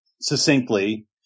succinctly